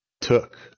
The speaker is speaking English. took